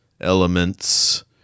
elements